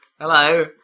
Hello